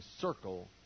circle